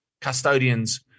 custodians